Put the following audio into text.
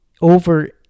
over